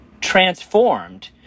transformed